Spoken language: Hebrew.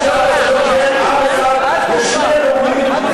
אתה רוצה שהארץ הזאת תהיה מדינה אחת לשני לאומים,